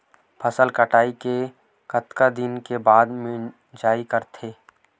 फसल कटाई के कतका दिन बाद मिजाई करथे?